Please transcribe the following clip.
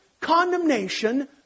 condemnation